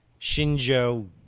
Shinjo